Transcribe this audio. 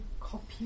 copy